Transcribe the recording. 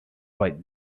what